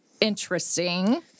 interesting